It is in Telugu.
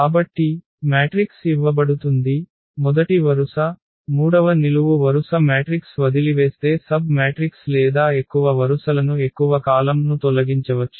కాబట్టి మ్యాట్రిక్స్ ఇవ్వబడుతుంది మొదటి వరుస మూడవ నిలువు వరుస మ్యాట్రిక్స్ వదిలివేస్తే సబ్ మ్యాట్రిక్స్ లేదా ఎక్కువ వరుసలను ఎక్కువ కాలమ్ ను తొలగించవచ్చు